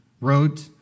wrote